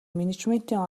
менежментийн